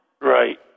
Right